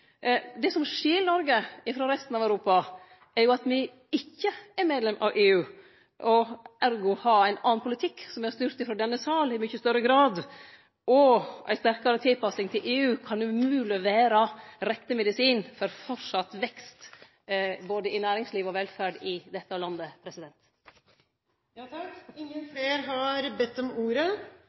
Det som skil Noreg frå resten av Europa, er jo at me ikkje er medlem av EU, og ergo har ein annan politikk som i mykje større grad er styrt frå denne sal. Ei sterkare tilpassing til EU kan umogleg vere rette medisinen for framleis vekst i både næringsliv og velferd i dette landet. Flere har ikke bedt om ordet til sak nr. 1. Ingen har bedt om ordet.